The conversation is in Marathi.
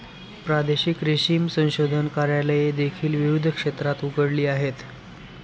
प्रादेशिक रेशीम संशोधन कार्यालये देखील विविध क्षेत्रात उघडली आहेत